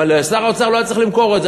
ולשר האוצר לא היה צריך למכור את זה.